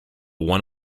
one